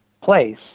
place